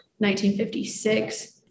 1956